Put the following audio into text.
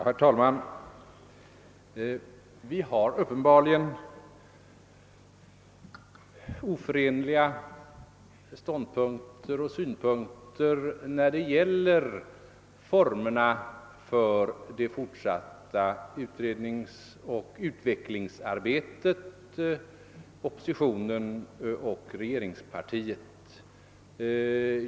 Herr talman! Oppositionen och regeringspartiet har uppenbarligen oförenliga ståndpunkter och synpunkter när det gäller formerna för det fortsatta utredningsoch utvecklingsarbetet.